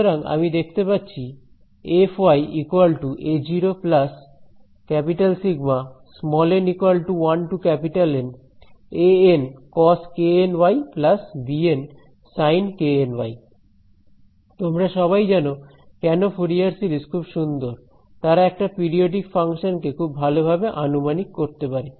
সুতরাং আমি দেখতে পাচ্ছি f a0 an cos bn sin তোমরা সবাই জানো কেন ফুরিয়ার সিরিজ খুব সুন্দর তারা একটা পিরিওডিক ফাংশন কে খুব ভালো আনুমানিক করতে পারে